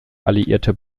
alliierte